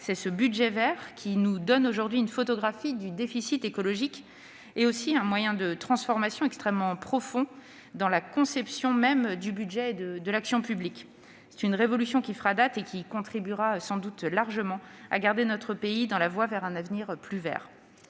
C'est ce « budget vert » qui nous donne aujourd'hui une photographie de notre déficit écologique et qui constitue un moyen de transformation extrêmement profond dans la conception même de l'action publique. C'est une révolution qui fera date et contribuera sans doute largement à garder notre pays sur la voie d'un avenir plus vert.